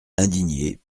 indigné